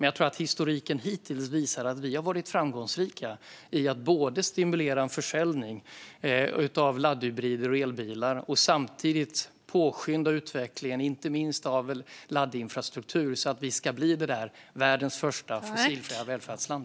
Jag tror att historiken hittills visar att vi har varit framgångsrika i att både stimulera försäljningen av laddhybrider och elbilar och samtidigt påskynda utvecklingen av inte minst laddinfrastruktur så att vi ska kunna bli världens första fossilfria välfärdsland.